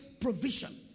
provision